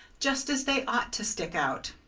just as they ought to stick out!